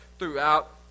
throughout